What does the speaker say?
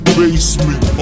basement